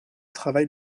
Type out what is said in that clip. travail